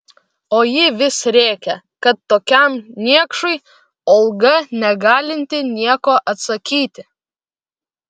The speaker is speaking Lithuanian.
o ji vis rėkė kad tokiam niekšui olga negalinti nieko atsakyti